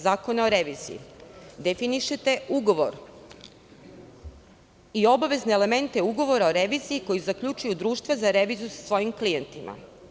Zakona o reviziji, definišete ugovor i obavezne elemente ugovora o reviziji koji zaključuju društvo za reviziju sa svojim klijentima.